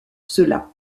cela